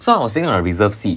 so I was saving my reserve seat